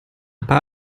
pas